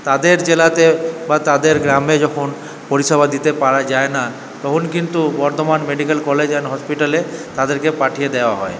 তাদের জেলাতে বা তাদের গ্রামে যখন পরিষেবা দিতে পারা যায় না তখন কিন্তু বর্ধমান মেডিক্যাল কলেজ অ্যান্ড হসপিটালে তাদেরকে পাঠিয়ে দেওয়া হয়